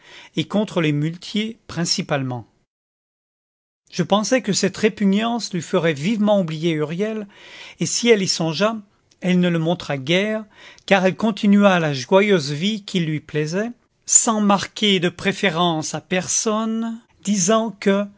et contre les muletiers principalement je pensai que cette répugnance lui ferait vitement oublier huriel et si elle y songea elle ne le montra guère car elle continua la joyeuse vie qui lui plaisait sans marquer de préférence à personne disant que